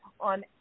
on